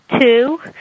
two